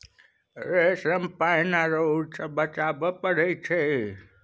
रेशम केँ पानि आ रौद सँ बचाबय पड़इ छै